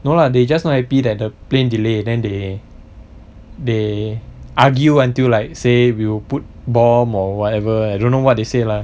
no lah they just not happy that the plane delay then they they argue until like say we'll put bomb or whatever I don't know what they say lah